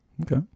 Okay